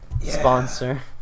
Sponsor